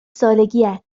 سالگیت